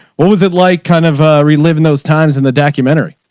what was it like kind of, ah, reliving those times in the documentary.